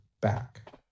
back